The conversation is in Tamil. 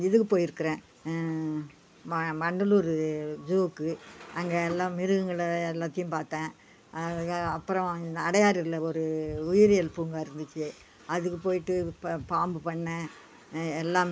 இதுக்கு போயிருக்கிறேன் வ வண்டலூர் ஜூக்கு அங்கே எல்லா மிருகங்களை எல்லாத்தையும் பார்த்தேன் அப்புறோம் அடையாறில் ஒரு உயிரியல் பூங்கா இருந்துச்சு அதுக்கு போயிட்டு ப பாம்பு பண்ணை எல்லாம்